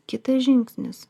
kitas žingsnis